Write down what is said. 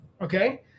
Okay